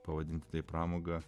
pavadinti tai pramoga